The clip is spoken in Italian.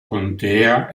contea